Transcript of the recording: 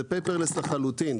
זה paperless לחלוטין,